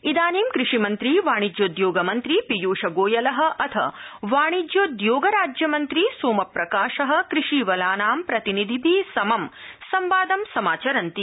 इदानीं कृषिमन्त्री वाणिज्योद्योगमन्त्री पीयूषगोयल अथ वाणिज्योद्योगराज्यमन्त्री सोमप्रकाश कृषीवलानां प्रतिनिधिभि समं सम्वाद समचरन्ति